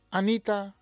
Anita